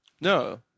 No